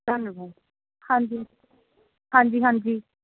ਧੰਨਵਾਦ ਹਾਂਜੀ ਹਾਂਜੀ ਹਾਂਜੀ